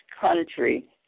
country